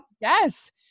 Yes